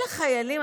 אלה חיילים?